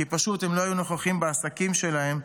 כי פשוט הם לא היו נוכחים בעסקים שלהם,